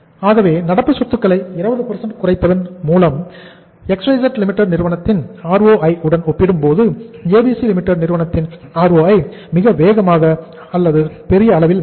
ஆகவே நடப்பு சொத்துக்களை 20 குறைப்பதன் மூலம் XYZ Limited நிறுவனத்தின் ROI உடன் ஒப்பிடும்போது ABC Limited நிறுவனத்தின் ROI மிக வேகமாக அல்லது பெரிய அளவில் மேம்படும்